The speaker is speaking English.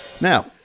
Now-